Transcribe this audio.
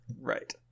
Right